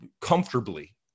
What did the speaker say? comfortably